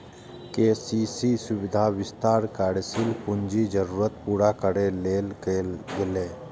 KCC सुविधाक विस्तार कार्यशील पूंजीक जरूरत पूरा करै लेल कैल गेलै